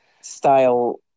style